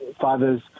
fathers